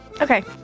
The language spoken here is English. Okay